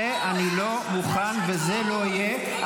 לזה אני לא מוכן, וזה לא יהיה.